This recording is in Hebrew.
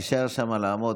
תישאר לעמוד.